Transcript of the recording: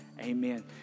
Amen